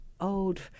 old